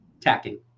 tacking